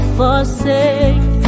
forsake